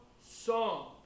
song